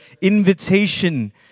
invitation